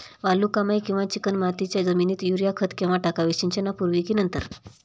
वालुकामय किंवा चिकणमातीच्या जमिनीत युरिया खत केव्हा टाकावे, सिंचनापूर्वी की नंतर?